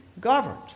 governed